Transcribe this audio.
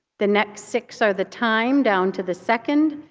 the next six are the time, down to the second.